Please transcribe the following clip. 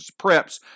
preps